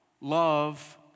love